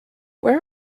where